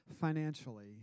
financially